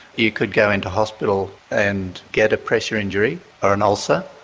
you could go into hospital and get a pressure injury or an ulcer,